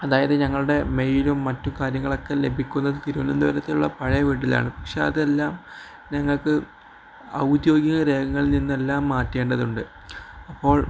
അതായത് ഞങ്ങളുടെ മെയിലും മറ്റു കാര്യങ്ങളുമൊക്കെ ലഭിക്കുന്നത് തിരുവനന്തപുരത്തുള്ള പഴയ വീട്ടിലാണ് പക്ഷെ അതെല്ലാം ഞങ്ങൾക്ക് ഔദ്യോഗിക രേഖകളിൽ നിന്നെല്ലാം മാറ്റേണ്ടതുണ്ട് അപ്പോൾ